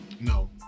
No